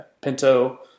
Pinto